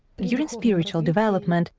during spiritual development,